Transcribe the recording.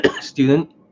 student